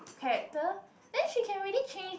character then she can really change